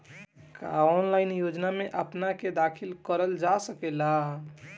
का ऑनलाइन योजनाओ में अपना के दाखिल करल जा सकेला?